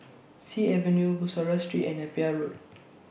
Sea Avenue Bussorah Street and Napier Road